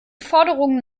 forderungen